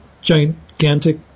gigantic